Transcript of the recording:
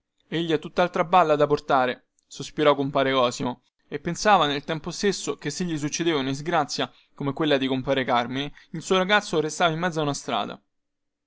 uomo egli ha tuttaltra balla da portare sospirò compare cosimo e pensava nel tempo stesso che se gli succedeva una disgrazia come quella di compare carmine il suo ragazzo restava in mezzo a una strada